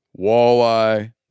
walleye